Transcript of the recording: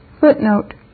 Footnote